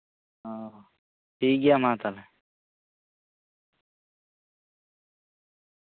ᱴᱷᱤᱠ ᱜᱮᱭᱟ ᱢᱟ ᱛᱟᱞᱚᱦᱮ